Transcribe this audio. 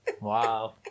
Wow